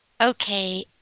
Okay